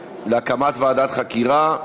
להקמת ועדת חקירה.